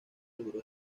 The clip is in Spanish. logró